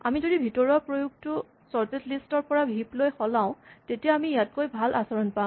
আমি যদি ভিতৰুৱা প্ৰয়োগটো চৰ্টেড লিষ্ট ৰ পৰা হিপ লৈ সলাওঁ তেতিয়া আমি ইয়াতকৈ ভাল আচৰণ পাম